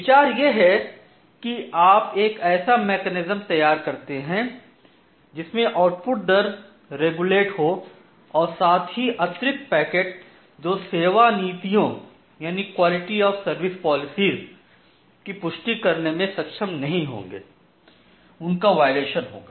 विचार यह है कि आप एक ऐसा मैकेनिज्म तैयार करते हैं जिसमे आउटपुट दर विनियमित रेगुलेटड हो और साथ ही अतिरिक्त पैकेट जो सेवा नीतियों की पुष्टि करने में सक्षम नहीं होंगे उनका वाइअलेशन होगा